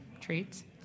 treats